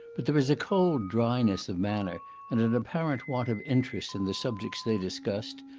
but there is a cold dryness of manner and an apparent want of interest in the subjects they discuss,